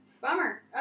Bummer